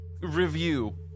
Review